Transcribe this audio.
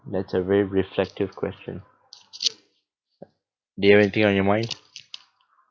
that's a very reflective question do you have anything on your mind